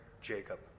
Jacob